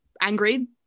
angry